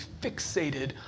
fixated